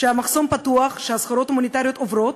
שהמחסום פתוח, שהסחורות ההומניטריות עוברות,